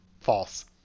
False